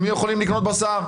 ממי הם יכולים לקנות בשר.